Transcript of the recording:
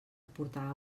portava